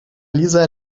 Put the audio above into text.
lisa